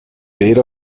beta